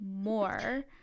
more